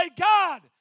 God